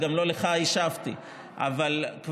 אז גם לא לך השבתי,